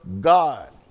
God